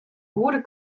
goede